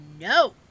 no